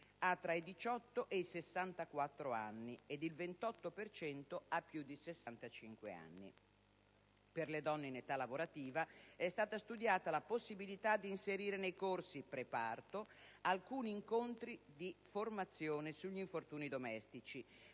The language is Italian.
ha tra i 18 e i 64 anni ed il 28 per cento ha più di 65 anni. Per le donne in età lavorativa, è stata studiata la possibilità di inserire nei corsi preparto alcuni incontri di formazione sugli infortuni domestici,